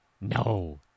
No